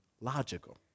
logical